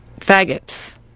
faggots